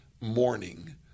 morning